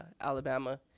Alabama